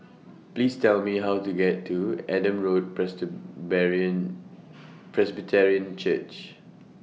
Please Tell Me How to get to Adam Road Presbyterian Church